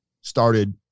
started